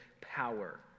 power